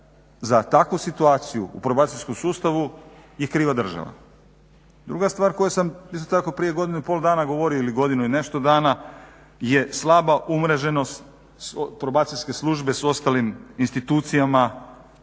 za takvu situaciju u probacijskom sustavu je kriva država. Druga stvar koju sam isto tako prije godinu i pol dana govorio ili godinu i nešto dana, je slaba umreženost Probacijske službe s ostalim institucijama